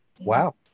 Wow